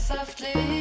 Softly